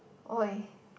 oi